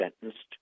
sentenced